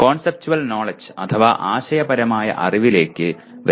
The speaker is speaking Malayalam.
കോൺസെപ്റ്റുവൽ നോലെഡ്ജ് അഥവാ ആശയപരമായ അറിവിലേക്ക് വരുന്നു